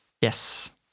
Yes